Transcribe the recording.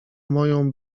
moją